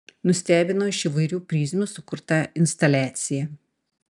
nustebino iš įvairių prizmių sukurta instaliacija